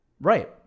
Right